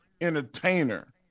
entertainer